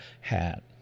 hat